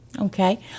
Okay